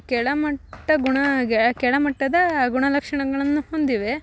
ಕೆಳಮಟ್ಟ ಗುಣ ಗ್ಯ ಕೆಳಮಟ್ಟದ ಗುಣಲಕ್ಷಣಗಳನ್ನ ಹೊಂದಿವೆ